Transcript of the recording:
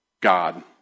God